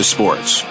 Sports